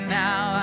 now